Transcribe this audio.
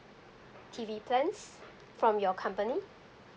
T_V plans from your company